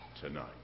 tonight